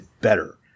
better